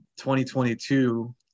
2022